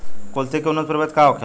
कुलथी के उन्नत प्रभेद का होखेला?